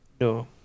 No